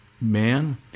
man